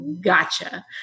gotcha